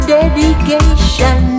dedication